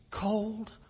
cold